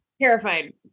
terrified